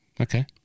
Okay